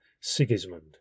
Sigismund